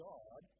God